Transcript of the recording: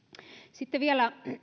sitten vielä